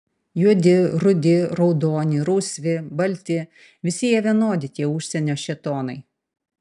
juodi rudi raudoni rausvi balti visi jie vienodi tie užsienio šėtonai